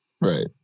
right